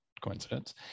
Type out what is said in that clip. coincidence